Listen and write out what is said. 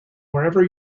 wherever